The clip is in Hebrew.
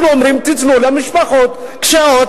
אנחנו אומרים: תנו למשפחות קשות-היום,